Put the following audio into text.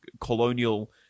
colonial